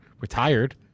retired